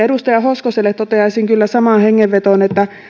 edustaja hoskoselle toteaisin kyllä samaan hengenvetoon että